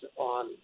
on